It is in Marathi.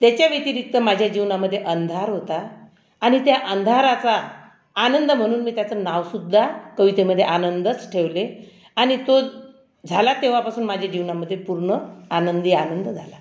त्याच्या व्यतिरिक्त माझ्या जीवनामध्ये अंधार होता आणि त्या अंधाराचा आनंद म्हणून मी त्याचं नावसुद्धा कवितेमध्ये आनंदच ठेवले आणि तो झाला तेव्हापासून माझ्या जीवनामध्ये पूर्ण आनंदी आनंद झाला